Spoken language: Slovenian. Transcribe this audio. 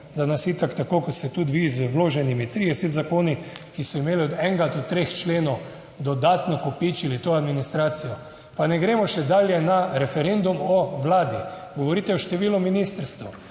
da nas itak, tako kot ste tudi vi z vloženimi 30 zakoni, ki so imeli od enega do treh členov, dodatno kopičili to administracijo. Pa ne gremo še dalje na referendum o vladi. Govorite o številu ministrstev.